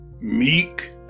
meek